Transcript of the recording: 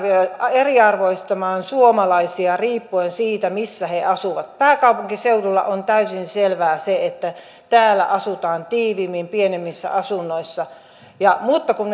eriarvoistamaan suomalaisia riippuen siitä missä he asuvat pääkaupunkiseudulla on täysin selvää se että täällä asutaan tiiviimmin pienemmissä asunnoissa mutta kun